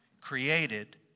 created